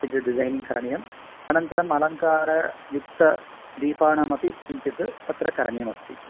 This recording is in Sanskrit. किञ्चित् डिसैनिङ्ग् करणीयम् अनन्तरम् अलङ्कारयुक्तदीपानामपि किञ्चित् तत्र करणीयमस्ति